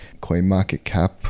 CoinMarketCap